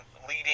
leading